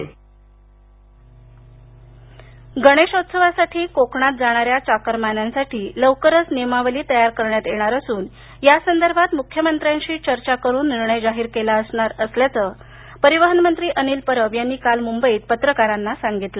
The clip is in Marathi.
चाकरमानी गणेशोत्सवासाठी कोकणात जाणाऱ्या चाकरमान्यांसाठी लवकरच नियमावली तयार करण्यात येणार असून यासंदर्भात मुख्यमंत्र्यांशी चर्चा करून निर्णय जाहीर केला जाणार असल्याचं परिवहन मंत्री अनिल परब यांनी काल मुंबईत पत्रकारांना सांगितलं